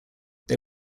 they